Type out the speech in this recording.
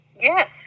Yes